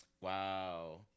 wow